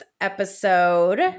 episode